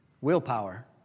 willpower